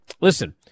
listen